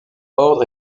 ordre